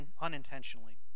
unintentionally